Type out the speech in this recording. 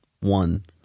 One